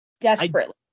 Desperately